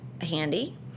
handy